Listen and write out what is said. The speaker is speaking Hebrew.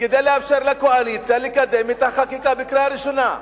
כדי לאפשר לקואליציה לקדם את החקיקה בקריאה ראשונה.